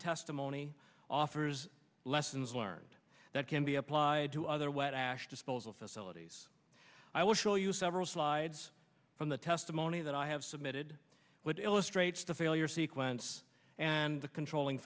testimony offers lessons learned that can be applied to other wet ash disposal facilities i will show you several slides from the testimony that i have submitted what illustrates the failure sequence and the controlling